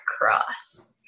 Cross